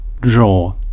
draw